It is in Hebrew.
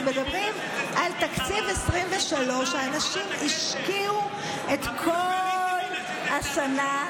מדברים על תקציב 2023. אנשים השקיעו את כל השנה,